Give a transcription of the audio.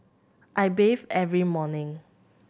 I bathe every morning